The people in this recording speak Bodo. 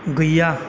गैया